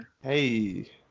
Hey